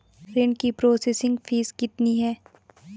ऋण की processing fees कितनी है?